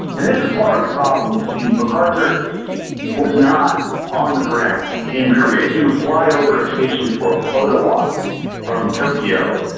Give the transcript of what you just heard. and this is part of the problem, you see. macarthur was not on the ground in korea. he would fly over occasionally for a photo op from tokyo.